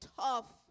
tough